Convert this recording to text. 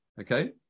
Okay